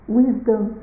wisdom